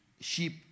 sheep